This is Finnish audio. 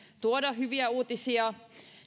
tuoda hyviä uutisia